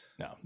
No